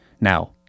Now